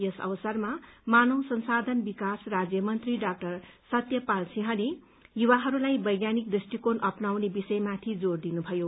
यस अवसरमा मानव संशाधन विकास राज्य मन्त्री डा सत्य पाल सिंहले युवाहरूलाई वैज्ञानिक दृष्टिक्रोण अप्नाउने विषयमाथि जोर दिनुभयो